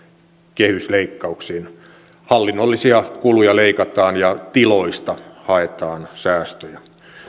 kehysleikkauksiin hallinnollisia kuluja leikataan ja tiloista haetaan säästöjä